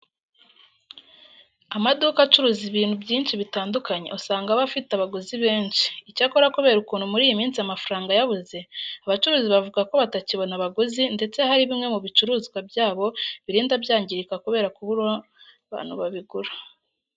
Amaduka acuruza ibintu byinshi bitandukanye usanga aba afite abaguzi benshi. Icyakora kubera ukuntu muri iyi minsi amafaranga yabuze, abacuruzi bavuga ko batakibona abaguzi ndetse hari bimwe mu bicuruzwa byabo birinda byangirika kubera kubura abantu babigura.